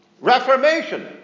Reformation